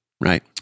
Right